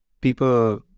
people